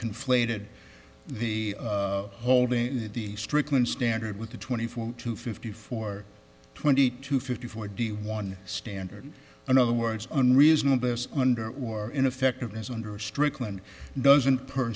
conflated the holding of the strickland standard with the twenty four to fifty four twenty two fifty four d one standard in other words unreasonable under or ineffectiveness under strickland doesn't per